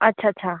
अच्छा अच्छा